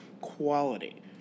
quality